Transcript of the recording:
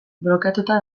blokeatuta